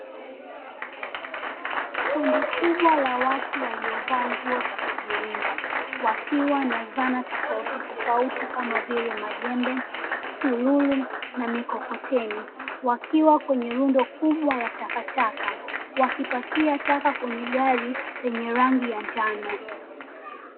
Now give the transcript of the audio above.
Kundi kubwa la watu waliovaa nguo za kujilinda, wakiwa na dhana tofauti tofauti kama vile majembe, sululu, na mikokoteni, wakiwa kwenye rundo kubwa la takataka, wakipakia taka kwenye gari lenye rangi ya njano.